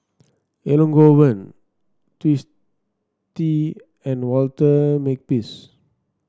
Elangovan Twisstii and Walter Makepeace